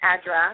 address